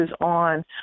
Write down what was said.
on